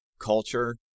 culture